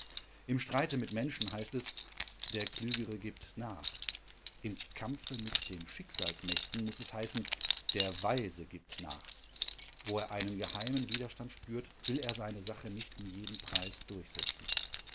im streite mit menschen heißt es der klügere giebt nach im kampfe mit den schicksalsmächten muß es heißen der weise gibt nach wo er einen geheimen widerstand spürt will er seine sache nicht um jeden preis durchsetzen